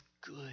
good